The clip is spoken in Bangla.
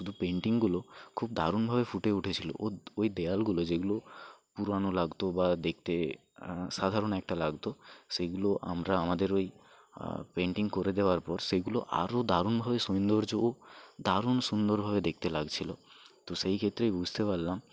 শুধু পেন্টিংগুলো খুব দারুণভাবে ফুটে উঠেছিল ওই দেয়ালগুলো যেগুলো পুরানো লাগতো বা দেখতে সাধারণ একটা লাগতো সেইগুলো আমরা আমাদের ওই পেন্টিং করে দেওয়ার পর সেগুলো আরও দারুণভাবে সৌন্দর্য ও দারুণ সুন্দরভাবে দেখতে লাগছিল তো সেই ক্ষেত্রে বুঝতে পারলাম